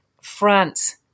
France